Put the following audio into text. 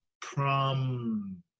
prom